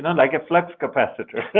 like a flux capacitor so